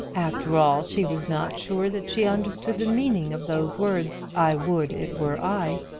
after all she was not sure that she understood the meaning of those words i would it were i.